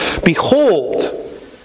Behold